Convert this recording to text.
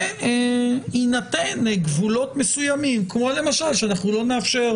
זה בהינתן גבולות מסוימים כמו למשל שאנחנו לא נאפשר